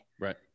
right